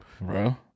bro